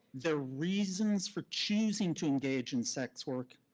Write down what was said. their reasons for choosing to engage in sex work,